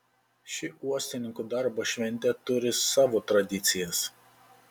ši uostininkų darbo šventė turi savo tradicijas